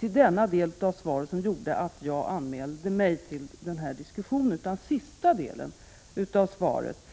denna del av svaret som gjorde att jag anmälde mig till denna diskussion, utan det var sista delen av svaret.